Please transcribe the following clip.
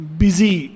busy